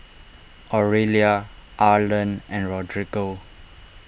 Aurelia Arlen and Rodrigo